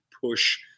push